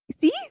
See